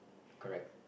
correct